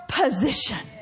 position